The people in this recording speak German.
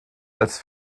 als